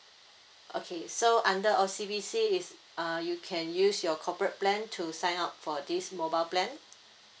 okay so under O_C_B_C is uh you can use your corporate plan to sign up for this mobile plan